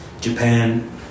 Japan